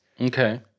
Okay